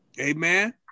Amen